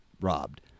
robbed